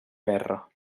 guerra